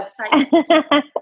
website